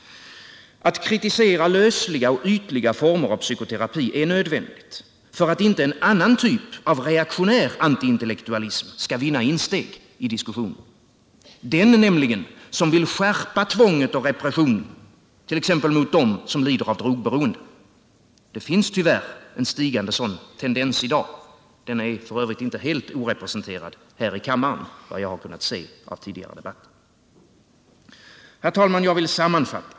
Att kritisera lösliga och ytliga former av psykoterapi är nödvändigt för att inte en annan typ av reaktionär antiintellektualism skall vinna inslag i debatten, nämligen den som vill skärpa tvånget och repressionen t.ex. mot dem som lider av drogberoende. Det finns tyvärr en stigande sådan tendens i dag. Den är f. ö. inte helt orepresenterad här i kammaren såvitt jag har kunnat finna av den tidigare debatten. Herr talman! Jag vill sammanfatta.